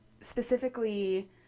specifically